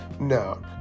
No